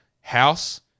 House